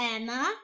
Emma